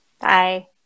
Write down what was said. Bye